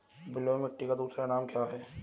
बलुई मिट्टी का दूसरा नाम क्या है?